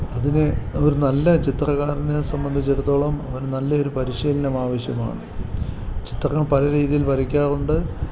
അതിനെ ഒരു നല്ല ചിത്രകാരനെ സംബന്ധിച്ചിടത്തോളം ഒരു നല്ലെയൊരു പരിശീലനമാവശ്യമാണ് ചിത്രം പല രീതിയിൽ വരക്കാറുണ്ട്